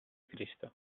cristo